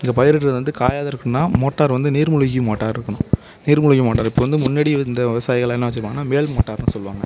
இங்கே பயிரிடுகிறது வந்து காயாத இருக்கணுன்னால் மோட்டார் வந்து நீர்மூழ்கி மோட்டார் இருக்கணும் நீர்மூழ்கி மோட்டார் இப்போ வந்து முன்னாடி இருந்த விவசாயிகள்லாம் என்ன வச்சுருப்பாங்கன்னா மேல் மோட்டார்ன்னு சொல்லுவாங்க